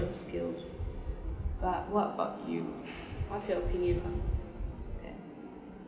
those skills but what are about you what's your opinion on that